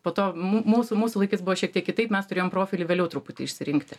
po to mū mūsų mūsų laikais buvo šiek tiek kitaip mes turėjom profilį vėliau truputį išsirinkti